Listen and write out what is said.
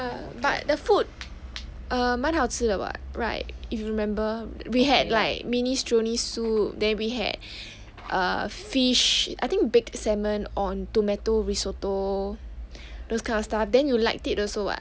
ya but the food err 蛮好吃的 [what] right if you remember we had like minestrone soup then we had a fish I think baked salmon on tomato risotto those kind of stuff then you liked it also [what]